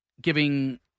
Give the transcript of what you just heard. giving